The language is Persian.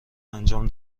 انجام